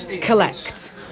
collect